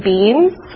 Beans